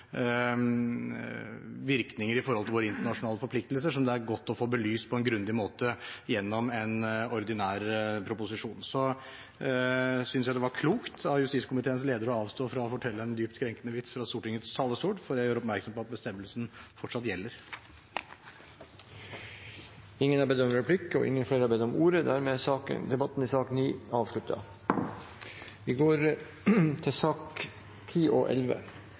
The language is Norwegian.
virkninger i forhold til våre internasjonale forpliktelser som det er godt å få belyst på en grundig måte gjennom en ordinær proposisjon. Og jeg synes det var klokt av justiskomiteens leder å avstå fra å fortelle en dypt krenkende vits fra Stortingets talerstol, for jeg gjør oppmerksom på at bestemmelsen fortsatt gjelder. Flere har ikke bedt om